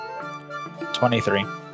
23